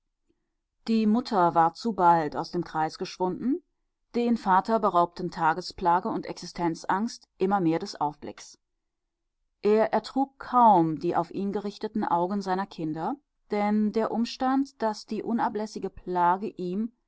die mutter war zu bald aus dem kreis geschwunden den vater beraubten tagesplage und existenzangst immer mehr des aufblicks er ertrug kaum die auf ihn gerichteten augen seiner kinder denn der umstand daß die unablässige plage ihm